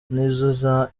nizo